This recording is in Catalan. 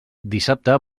dissabte